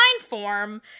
form